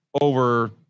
over